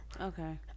okay